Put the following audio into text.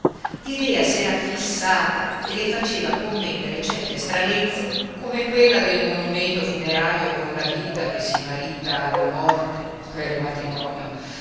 no l'idea s'era fissata e le faceva commettere certe stranezze come quella del monumento funerario con la vita che si marita alla morte